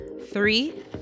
Three